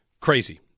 Crazy